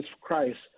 Christ